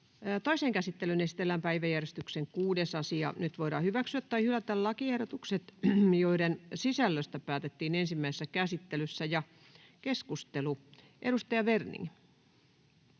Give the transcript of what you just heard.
Toiseen käsittelyyn esitellään päiväjärjestyksen 6. asia. Nyt voidaan hyväksyä tai hylätä lakiehdotukset, joiden sisällöstä päätettiin ensimmäisessä käsittelyssä. — Keskustelu, edustaja Werning.